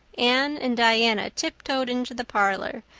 anne and diana tiptoed into the parlor,